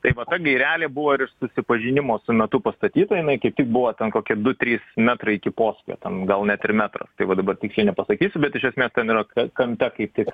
tai va ta gairelė buvo ir susipažinimo su metu pastatyta jinai kaip tik buvo kokie du trys metrai iki posūkio ten gal net ir metras tai va dabar tiksliai nepasakysiu bet iš esmės ten yra k kampe kaip tik